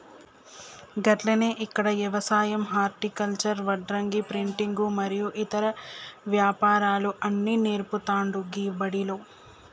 గట్లనే ఇక్కడ యవసాయం హర్టికల్చర్, వడ్రంగి, ప్రింటింగు మరియు ఇతర వ్యాపారాలు అన్ని నేర్పుతాండు గీ బడిలో